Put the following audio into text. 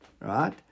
Right